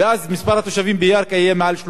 ואז מספר התושבים בירכא יהיה מעל 30,000?